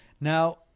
Now